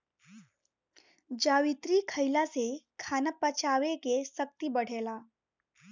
जावित्री खईला से खाना पचावे के शक्ति बढ़ेला